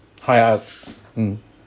hi up mm